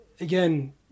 Again